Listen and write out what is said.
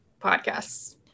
podcasts